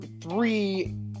three